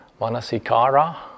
manasikara